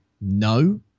No